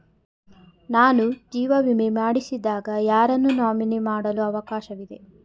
ನಾನು ಜೀವ ವಿಮೆ ಮಾಡಿಸಿದಾಗ ಯಾರನ್ನು ನಾಮಿನಿ ಮಾಡಲು ಅವಕಾಶವಿದೆ?